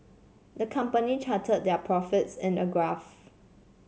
the company charted their profits in a graph